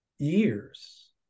years